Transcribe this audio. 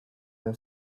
then